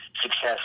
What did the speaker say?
success